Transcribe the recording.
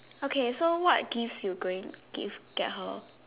okay so what gift you going gift get her